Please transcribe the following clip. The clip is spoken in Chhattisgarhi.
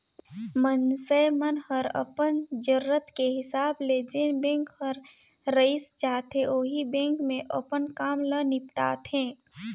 मइनसे मन हर अपन जरूरत के हिसाब ले जेन बेंक हर रइस जाथे ओही बेंक मे अपन काम ल निपटाथें